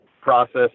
process